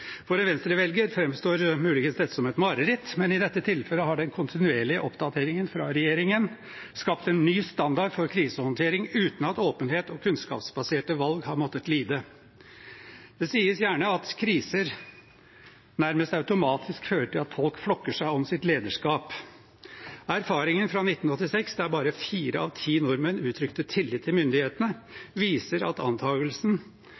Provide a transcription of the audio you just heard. For en Venstre-velger framstår det muligens som et mareritt, men i dette tilfellet har den kontinuerlige oppdateringen fra regjeringen skapt en ny standard for krisehåndtering uten at åpenhet og kunnskapsbaserte valg har måttet lide. Det sies gjerne at kriser nærmest automatisk fører til at folk flokker seg om sitt lederskap. Erfaringene fra 1986, da bare fire av ti nordmenn uttrykte tillit til myndighetene, viser at antagelsen